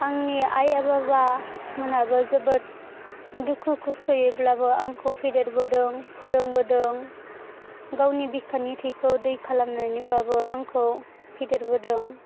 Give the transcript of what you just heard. आंनि आइ आफा मोनाबो जोबोद दुखु खस्थ'यैब्लाबो आंखौ फेदेरबोदों फोरोंबोदों गावनि बिखानि थैखौ दै खालामनानैबाबो आंखौ फेदेरबोदों